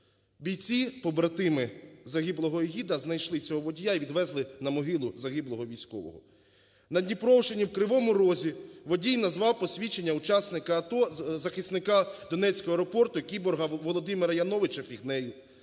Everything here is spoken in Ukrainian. Бійці, побратими загиблого Ігіта, знайшли цього водія і відвезли на могилу загиблого військового. На Дніпровщині в Кривому Розі водій назвав посвідчення учасника АТО, захисника Донецького аеропорту, кіборга Володимира Яновича, фігнею.